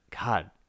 God